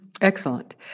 Excellent